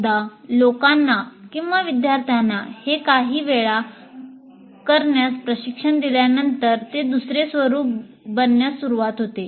एकदा लोकांना विद्यार्थ्यांना हे काही वेळा करण्यास प्रशिक्षण दिल्यानंतर ते दुसरे स्वरूप बनण्यास सुरवात होते